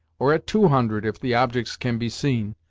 or at two hundred if the objects can be seen,